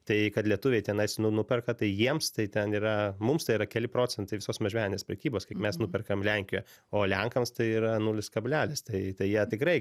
tai kad lietuviai tenais nu nuperka tai jiems tai ten yra mums tai yra keli procentai visos mažmeninės prekybos kaip mes nuperkam lenkijoje o lenkams tai yra nulis kablelis tai tai jie tikrai